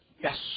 yes